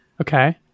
Okay